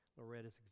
Loretta's